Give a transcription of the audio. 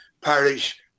parish